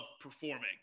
performing